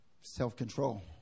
self-control